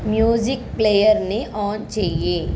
music ప్లేయర్ని on చేయి